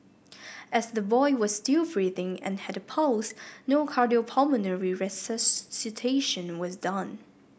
as the boy was still breathing and had a pulse no cardiopulmonary resuscitation was done